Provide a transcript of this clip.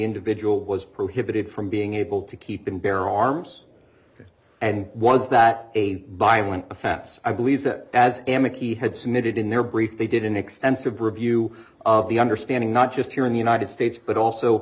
individual was prohibited from being able to keep and bear arms and was that a bio an offense i believe that as amethi had submitted in their brief they did an extensive review of the understanding not just here in the united states but also